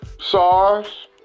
SARS